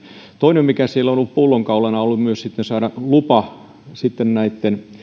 toinen mikä siellä on ollut pullonkaulana on ollut myös sitten saada lupa näitten